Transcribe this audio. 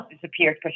disappeared